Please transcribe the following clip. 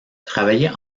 travailler